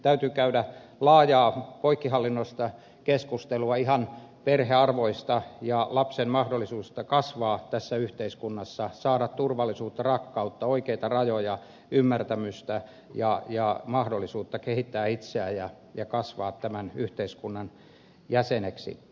täytyy käydä laajaa poikkihallinnollista keskustelua ihan perhearvoista ja lapsen mahdollisuudesta kasvaa tässä yhteiskunnassa saada turvallisuutta rakkautta oikeita rajoja ymmärtämystä ja mahdollisuutta kehittää itseään ja kasvaa tämän yhteiskunnan jäseneksi